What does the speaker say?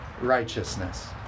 righteousness